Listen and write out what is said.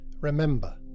remember